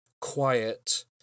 quiet